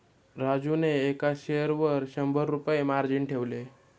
राजूने एका शेअरवर शंभर रुपये मार्जिन ठेवले